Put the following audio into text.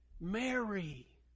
Mary